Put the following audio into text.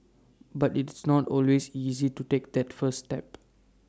but it's not always easy to take that first step